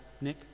Nick